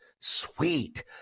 Sweet